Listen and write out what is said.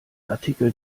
artikel